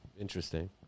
Interesting